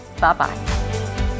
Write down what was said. Bye-bye